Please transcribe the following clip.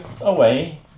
away